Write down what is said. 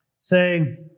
say